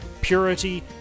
purity